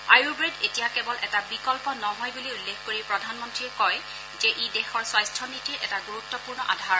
আয়ুৰ্বেদ এতিয়া কেৱল এটা বিকল্প নহয় বুলি উল্লেখ কৰি প্ৰধানমন্ত্ৰীয়ে কয় যে ই দেশৰ স্বাস্থ্য নীতিৰ এটা গুৰুত্পূৰ্ণ আধাৰ